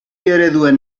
ereduen